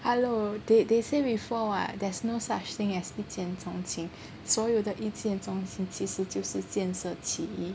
hello they say before [what] there's no such thing as 一见钟情所有的一见钟情其实就是建设起意